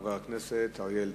חבר הכנסת אריה אלדד.